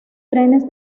trenes